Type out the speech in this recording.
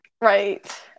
Right